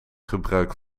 gebruik